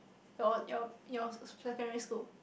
your your your secondary school